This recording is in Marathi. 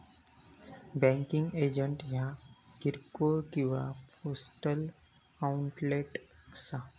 बँकिंग एजंट ह्या किरकोळ किंवा पोस्टल आउटलेट असा